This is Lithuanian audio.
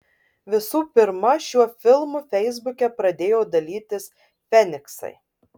visų pirma šiuo filmu feisbuke pradėjo dalytis feniksai